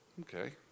Okay